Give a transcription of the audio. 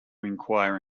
inquire